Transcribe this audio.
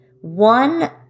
One